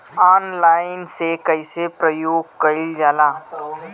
Online के कइसे प्रयोग कइल जाला?